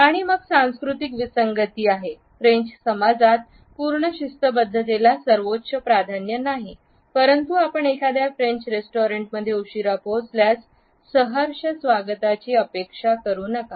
आणि मग सांस्कृतिक विसंगती आहेत फ्रेंच समाजात पूर्ण शिस्तबद्धतेला सर्वोच्च प्राधान्य नाही परंतु आपण एखाद्या फ्रेंच रेस्टॉरंटमध्ये उशीरा पोहोचल्यास सहर्ष स्वागताची अपेक्षा करू नका